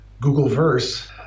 Google-verse